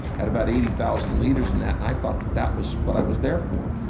had about eighty thousand leaders in that. and i thought that that was what i was there for.